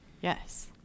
Yes